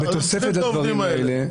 בתוספת לדברים האלה,